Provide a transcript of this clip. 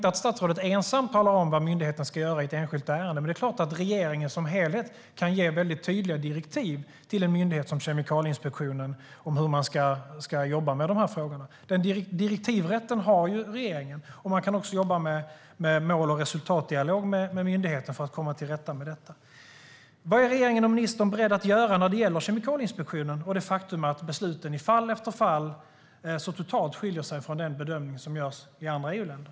Att statsrådet ensam talar om vad myndigheten ska göra i ett enskilt ärende går inte, men det är klart att regeringen som helhet kan ge tydliga direktiv till en myndighet som Kemikalieinspektionen om hur den ska jobba med de här frågorna. Den direktivrätten har ju regeringen. Man kan också jobba med mål och resultatdialog med myndigheten för att komma till rätta med detta.